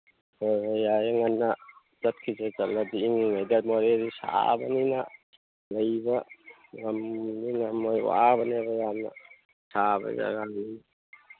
ꯍꯣꯏ ꯍꯣꯏ ꯌꯥꯏꯌꯦ ꯉꯟꯅ ꯆꯠꯈꯤꯁꯦ ꯆꯠꯂꯗꯤ ꯏꯪꯉꯤꯉꯩꯗ ꯃꯣꯔꯦꯗꯤ ꯁꯥꯕꯅꯤꯅ ꯂꯩꯕ ꯉꯝꯗꯤ ꯉꯝꯃꯣꯏ ꯋꯥꯕꯅꯦꯕ ꯌꯥꯝꯅ ꯁꯥꯕ ꯖꯒꯥꯅꯤꯅ